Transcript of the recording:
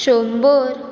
शंबर